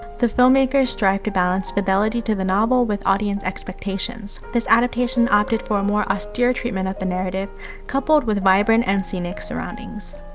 the filmmakers strive to balance fidelity to the novel with audience expectations. this adaptation opted for a more austere treatment of the narrative coupled with vibrant and scenic surroundings.